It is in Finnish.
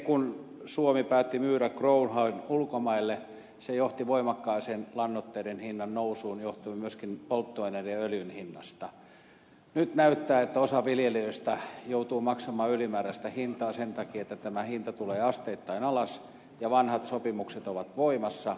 kun suomi päätti myydä growhown ulkomaille se johti voimakkaaseen lannoitteiden hinnan nousuun mikä johtui myöskin polttoaineiden ja öljyn hinnasta ja nyt näyttää että osa viljelijöistä joutuu maksamaan ylimääräistä hintaa sen takia että tämä hinta tulee asteittain alas ja vanhat sopimukset ovat voimassa